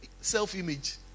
self-image